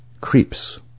creeps